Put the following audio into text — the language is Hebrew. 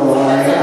לא,